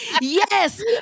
yes